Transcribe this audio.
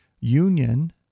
Union